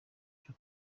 cyo